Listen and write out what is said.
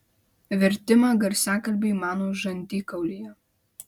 vertimą garsiakalbiui mano žandikaulyje